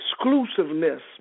exclusiveness